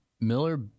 Miller